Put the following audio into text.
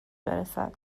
برسد